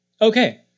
Okay